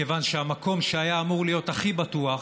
מכיוון שהמקום שהיה אמור להיות הכי בטוח,